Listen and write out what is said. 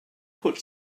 put